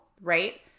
right